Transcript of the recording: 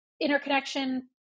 interconnection